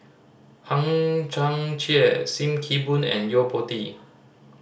Hang Chang Chieh Sim Kee Boon and Yo Po Tee